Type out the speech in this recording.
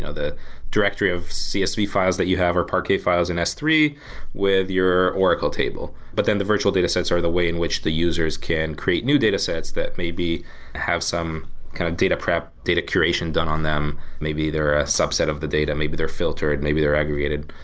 ah the directory of csv files that you have or parquet files in s three with your oracle table. but then the virtual datasets are the way in which the users can create new datasets that may be have some kind of data prep, data curation done on them. maybe there are a subset of the data. maybe they're filtered. maybe they're aggregated.